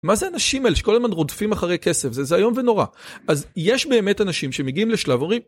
מה זה אנשים האלה שכל הזמן רודפים אחרי כסף, זה זה איום בנורא. אז יש באמת אנשים שמגיעים לשלב אומרים.